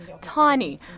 tiny